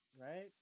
right